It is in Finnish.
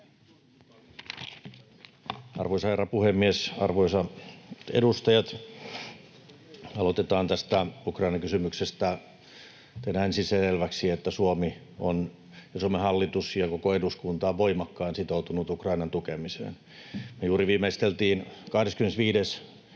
Arvoisa herra puhemies, arvoisat edustajat! Aloitetaan tästä Ukraina-kysymyksestä: Tehdään ensin se selväksi, että Suomi ja Suomen hallitus ja koko eduskunta on voimakkaan sitoutunut Ukrainan tukemiseen. Me juuri viimeisteltiin 25.